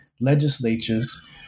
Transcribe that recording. legislatures